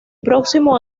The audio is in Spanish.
próximo